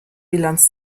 bilanz